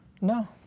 No